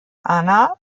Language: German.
ana